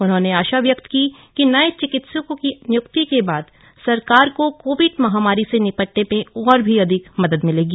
उन्होंने आशा व्यक्त की कि नये चिकित्सकों की नियुक्ति के बाद सरकार को कोविड महामारी से निपटने में और भी अधिक मदद मिलेगी